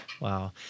wow